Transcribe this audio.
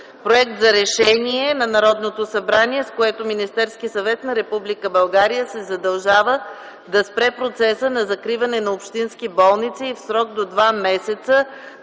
Проект за решение на Народното събрание, с което Министерският съвет на Република България се задължава да спре процеса на закриване на общински болници и в срок до два месеца